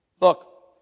Look